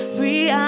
Free